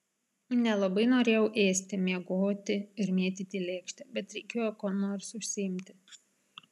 nelabai norėjau ėsti miegoti ir mėtyti lėkštę bet reikėjo kuo nors užsiimti